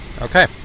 Okay